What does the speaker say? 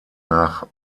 nach